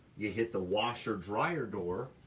you hit the washer dryer door,